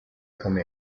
come